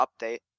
update